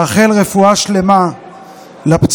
לאחל רפואה שלמה לפצועים,